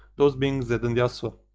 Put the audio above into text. those being zed and yasuo